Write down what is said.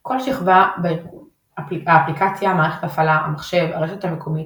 כל שכבה בארגון האפליקציה – מערכת ההפעלה – המחשב – הרשת המקומית